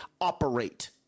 operate